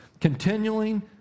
Continuing